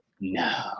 no